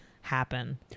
happen